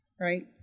Right